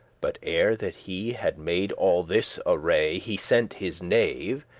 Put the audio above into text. but ere that he had made all this array, he sent his knave,